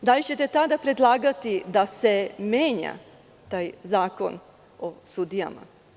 Da li ćete tada predlagati da se menja taj Zakon o sudijama?